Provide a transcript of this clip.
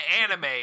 anime